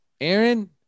Aaron